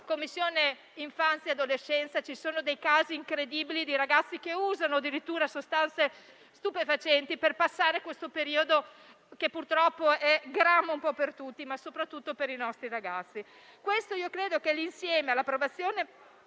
per l'infanzia e l'adolescenza che ci sono dei casi incredibili di ragazzi che usano addirittura sostanze stupefacenti per passare questo periodo, che purtroppo è gramo un po' per tutti, ma soprattutto per i nostri ragazzi. Credo che questo, insieme all'approvazione